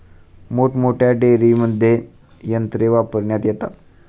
मोठमोठ्या डेअरींमध्ये यंत्रे वापरण्यात येतात